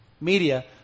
media